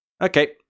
Okay